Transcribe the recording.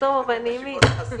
בטוב ובנעימים.